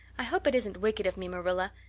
i hope it isn't wicked of me, marilla,